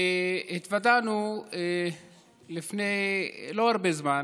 התוודענו לפני לא הרבה זמן,